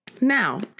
Now